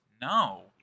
No